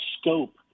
scope